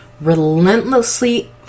relentlessly